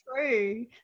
true